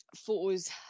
photos